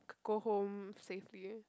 go home safely